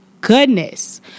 goodness